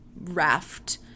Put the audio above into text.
raft